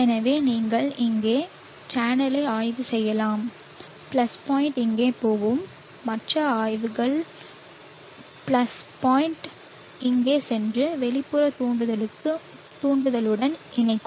எனவே நீங்கள் இங்கே சேனலை ஆய்வு செய்யலாம் பிளஸ் பாயிண்ட் இங்கே போகும் மற்ற ஆய்வுகள் பிளஸ் இங்கே சென்று வெளிப்புற தூண்டுதலுடன் இணைக்கும்